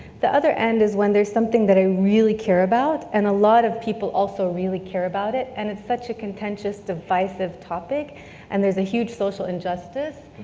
the other end is when there's something that i really care about and a lot of people also really care about it, and it's such a contentious, divisive topic and there's a huge social injustice,